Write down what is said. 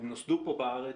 הן נוסדו פה בארץ.